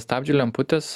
stabdžių lemputės